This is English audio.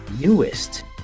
newest